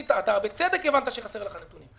בצדק הבנת שחסרים לך נתונים,